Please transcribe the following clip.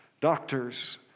doctors